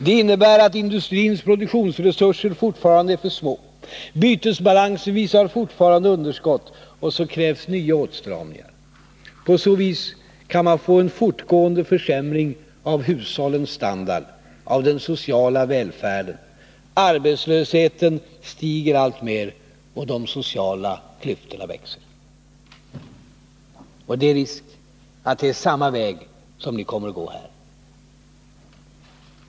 Det innebär att industrins produktionsresurser fortfarande är för små. Bytesbalansen visar fortfarande underskott. Och så krävs nya åtstramningar. På så vis kan man få en fortgående försämring av hushållens standard, av den sociala välfärden. Arbetslösheten stiger alltmer och de sociala klyftorna växer. Och det är risk för att det blir samma väg som man kommer att gå här.